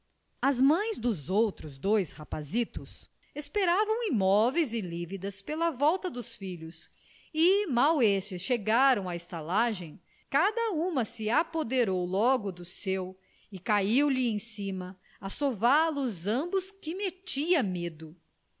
as mães dos outros dois rapazitos esperavam imóveis e lívidas pela volta dos filhos e mal estes chegaram à estalagem cada uma se apoderou logo do seu e caiu-lhe em cima a sová los ambos que metia medo